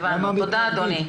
תודה אדוני.